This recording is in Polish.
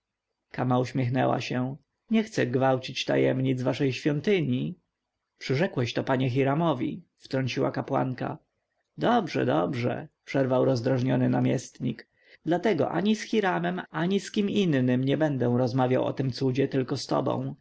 kama uśmiechnęła się nie chcę gwałcić tajemnic waszej świątyni ciągnął książę przyrzekłeś to panie hiramowi wtrąciła kapłanka dobrze dobrze przerwał rozdrażniony namiestnik dlatego ani z hiramem ani z kim innym nie będę rozmawiał o tym cudzie tylko z tobą